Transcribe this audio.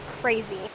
crazy